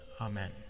Amen